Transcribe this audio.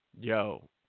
yo